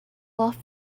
off